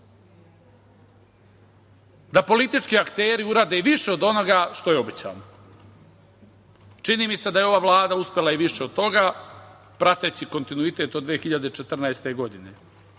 da politički akteri urade i više od onoga što je obećano. Čini mi se da je ova Vlada uspela i više od toga, prateći kontinuitet od 2014. godine. Naime,